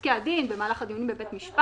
בפסקי הדין, במהלך הדיונים בבית-משפט,